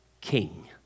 King